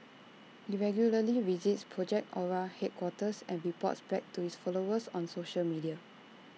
he regularly visits project Ara headquarters and reports back to his followers on social media